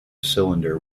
cylinder